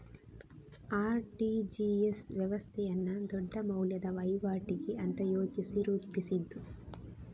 RTGS ವ್ಯವಸ್ಥೆಯನ್ನ ದೊಡ್ಡ ಮೌಲ್ಯದ ವೈವಾಟಿಗೆ ಅಂತ ಯೋಚಿಸಿ ರೂಪಿಸಿದ್ದು